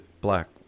black